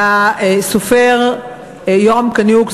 לסופר יורם קניוק,